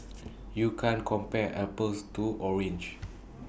you can't compare apples to orange